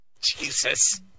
Jesus